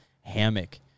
hammock